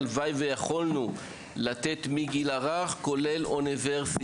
הלוואי שיכולנו לתת חינוך מהגיל הרך עד כולל האוניברסיטה,